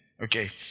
Okay